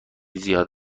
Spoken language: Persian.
زیاد